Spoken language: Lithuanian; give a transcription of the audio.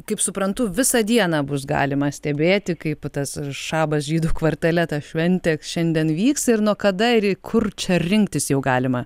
kaip suprantu visą dieną bus galima stebėti kaip tas šabas žydų kvartale tą šventė šiandien vyks ir nuo kada ir kur čia rinktis jau galima